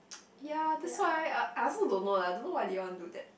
yeah that's why I I also don't know lah don't know why they want to do that